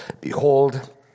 Behold